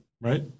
Right